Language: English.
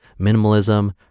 minimalism